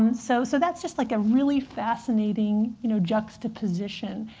um so so that's just like a really fascinating you know juxtaposition,